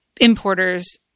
importers